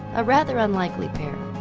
a rather unlikely pair.